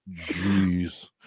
Jeez